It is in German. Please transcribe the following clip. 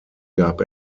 gab